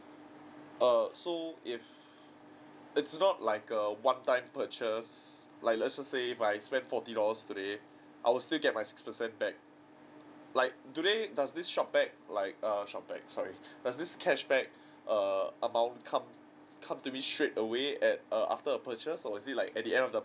err so if it's not like a one time purchase like let's just say if I spent forty dollars today I'll still get my six percent back like do they does this shopback like err shopback sorry does this cashback err amount come come to me straightaway at err after a purchase or is it like at the end of the